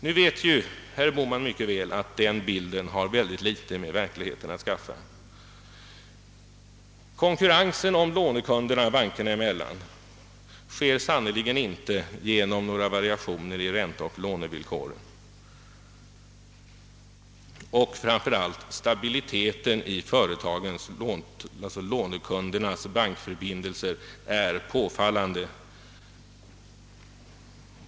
Nu vet ju herr Bohman mycket väl att den bilden har föga med verkligheten att skaffa. Konkurrensen om lånekunderna bankerna emellan sker sannerligen inte genom några variationer i ränteoch lånevilikor. Och framför allt: stabiliteten i företagens — alltså lånekundernas — bankförbindelser är påfallande.